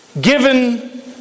given